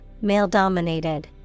male-dominated